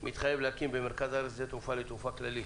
מתחייב להקים במרכז הארץ שדה תעופה לתעופה כללית.